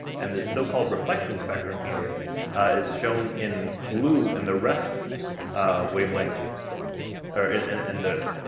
and this so-called reflection spectrum here is shown in blue in the rest wavelength or in in the,